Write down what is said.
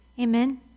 Amen